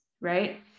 right